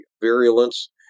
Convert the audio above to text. virulence